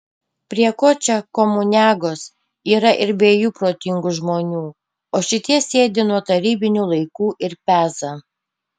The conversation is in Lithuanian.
prie ko čia komuniagos yra ir be jų protingų žmonių o šitie sėdi nuo tarybinių laikų ir peza